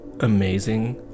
amazing